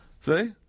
See